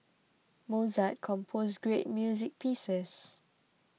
Mozart composed great music pieces